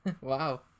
Wow